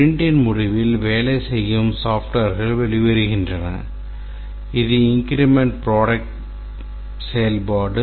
ஸ்பிரிண்டின் முடிவில் வேலை செய்யும் மென்பொருள்கள் வெளிவருகின்றன இது இன்கிரிமென்ட் ப்ரோடக்ட் செயல்பாடு